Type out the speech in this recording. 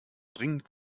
dringend